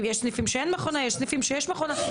אם יש סניפים שאין מכונה, יש סניפים שיש מכונה.